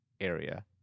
area